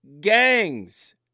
gangs